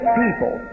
people